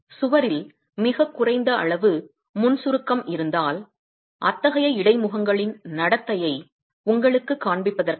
சுவரில் மிகக் குறைந்த அளவு முன் சுருக்கம் இருந்தால் அத்தகைய இடைமுகங்களின் நடத்தையை உங்களுக்குக் காண்பிப்பதற்காக